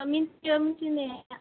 मिन्थियो मिन्थिनाया